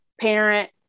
parent